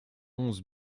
onze